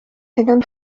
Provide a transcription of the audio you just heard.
tenen